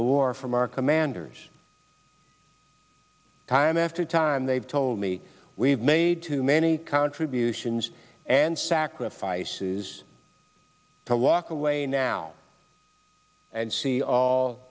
the war from our commanders time after time they've told me we've made too many contributions and sacrifices to walk away now and see all